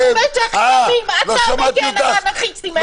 אתה מגן על האנרכיסטים האלה,